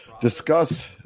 discuss